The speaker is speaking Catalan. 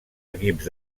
equips